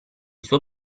suo